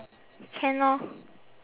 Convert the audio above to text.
can lor